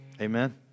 Amen